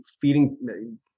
feeding